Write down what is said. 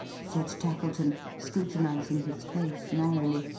said tackleton scrutinizing his face narrowly,